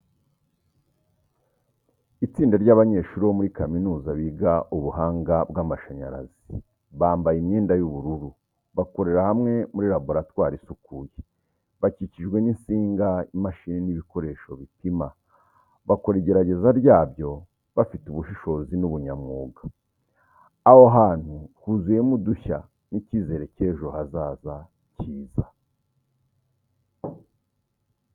Itsinda ry’abanyeshuri bo muri kaminuza biga ubuhanga bw’amashanyarazi bambaye imyenda y’ubururu, bakorera hamwe mu laboratwari isukuye. Bakikijwe n’insinga, imashini n’ibikoresho bipima, bakora igerageza ryabyo bafite ubushishozi n’ubunyamwuga. Aho hantu huzuyemo udushya n’icyizere cy’ejo hazaza cyiza.